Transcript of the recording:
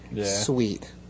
Sweet